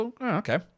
okay